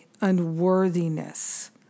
unworthiness